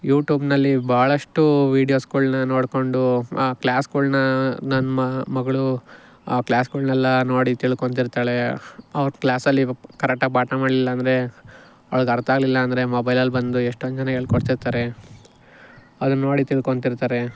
ಯೂಟ್ಯೂಬ್ನಲ್ಲಿ ಭಾಳಷ್ಟು ವೀಡಿಯೋಸ್ಗಳ್ನ ನೋಡಿಕೊಂಡು ಆ ಕ್ಲಾಸ್ಗಳ್ನ ನಮ್ಮ ಮಗಳು ಆ ಕ್ಲಾಸ್ಗಳ್ನೆಲ್ಲ ನೋಡಿ ತಿಳ್ಕೊತಿರ್ತಾಳೆ ಅವ್ರ ಕ್ಲಾಸಲ್ಲಿ ಕರೆಟ್ಟಾಗಿ ಪಾಠ ಮಾಡಲಿಲ್ಲಾಂದ್ರೆ ಅವ್ಳಿಗ್ ಅರ್ಥ ಆಗಲಿಲ್ಲ ಅಂದರೆ ಮೊಬೈಲಲ್ಲಿ ಬಂದು ಎಷ್ಟೊಂದು ಜನ ಹೇಳ್ಕೊಡ್ತಿರ್ತಾರೆ ಅದನ್ನು ನೋಡಿ ತಿಳ್ಕೊತಿರ್ತಾರೆ